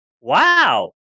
wow